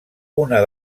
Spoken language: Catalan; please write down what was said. una